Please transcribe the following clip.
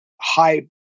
high